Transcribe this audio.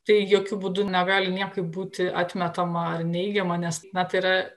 tai jokiu būdu negali niekaip būti atmetama ar neigiama nes na tai yra